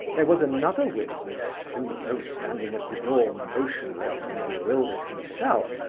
there was another witness, who, though standing at the door motionless and bewildered himself,